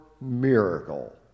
miracle